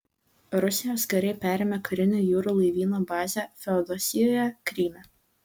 rusijos kariai perėmė karinio jūrų laivyno bazę feodosijoje kryme